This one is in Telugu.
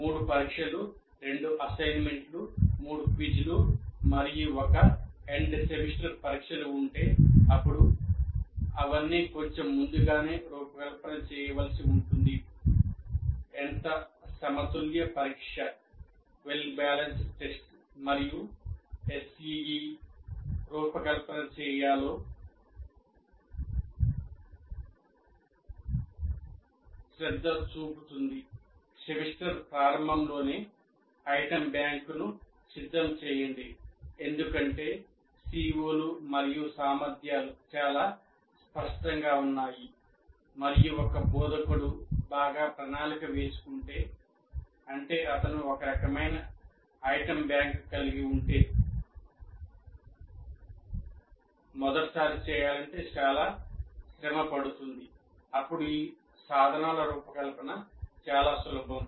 3 పరీక్షలు 2 అసైన్మెంట్లు 3 క్విజ్లు మరియు 1 ఎండ్ సెమిస్టర్ పరీక్షలు ఉంటే అప్పుడు అవన్నీ కొంచెం ముందుగానే రూపకల్పన చేయవలసి ఉంటుంది ఎంత సమతుల్య పరీక్ష అప్పుడు ఈ సాధనాల రూపకల్పన చాలా సులభం